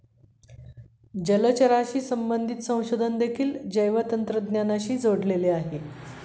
जलचराशी संबंधित संशोधन देखील जैवतंत्रज्ञानाशी जोडलेले आहे